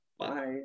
Bye